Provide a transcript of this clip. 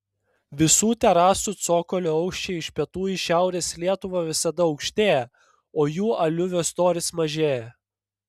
visų terasų cokolių aukščiai iš pietų į šiaurės lietuvą visada aukštėja o jų aliuvio storis mažėja